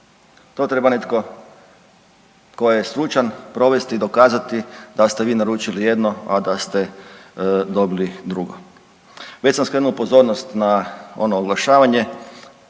To treba netko tko je stručan provesti i dokazati da ste vi naručili jedno, a da ste dobili drugo. Već sam skrenuo pozornost na ono oglašavanje.